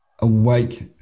awake